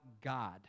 God